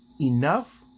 enough